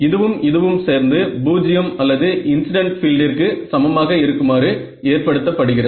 இதுவும் இதுவும் சேர்ந்து பூஜ்ஜியம் அல்லது இன்ஸிடன்ட் பீல்ட்டிற்கு சமமாக இருக்குமாறு ஏற்படுத்த படுகிறது